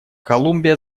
колумбия